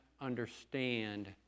understand